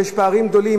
שיש פערים גדולים.